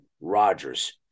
Rodgers